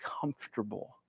comfortable